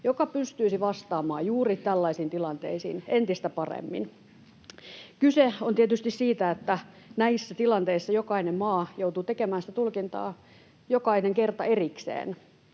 joka pystyisi vastaamaan juuri tällaisiin tilanteisiin entistä paremmin. Kyse on tietysti siitä, että näissä tilanteissa jokainen maa joutuu tekemään tulkintaa joka kerta erikseen.